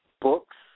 books